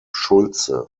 schulze